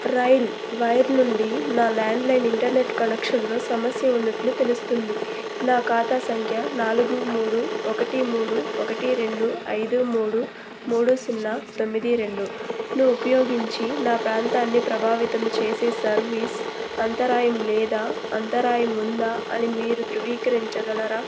rail wire నుండి నా landline internet కనెక్షన్లో సమస్య ఉన్నట్లు తెలుస్తుంది నా ఖాతా సంఖ్య నాలుగు మూడు ఒకటి మూడు ఒకటి రెండు ఐదు మూడు మూడు సున్నా తొమ్మిది రెండును ఉపయోగించి నా ప్రాంతాన్ని ప్రభావితం చేసే సర్వీస్ అంతరాయం లేదా అంతరాయం ఉందా అని మీరు ధృవీకరించగలరా